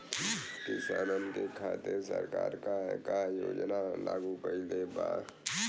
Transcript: किसानन के खातिर सरकार का का योजना लागू कईले बा?